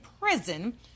prison